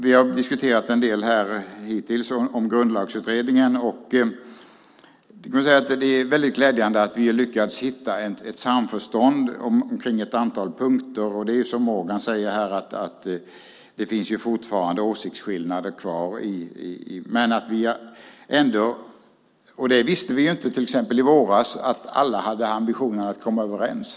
Vi har diskuterat en del hittills om Grundlagsutredningen, och jag skulle vilja säga att det är väldigt glädjande att vi har lyckats hitta ett samförstånd på ett antal punkter. Det finns, som Morgan säger, fortfarande åsiktsskillnader kvar, men vi visste inte till exempel i våras att alla hade ambitionen att komma överens.